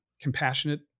compassionate